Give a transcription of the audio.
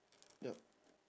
yup